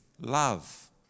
love